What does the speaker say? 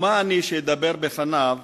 ומי אני שאדבר בפניו